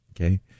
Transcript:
Okay